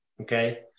Okay